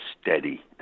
steady